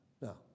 no